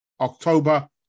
October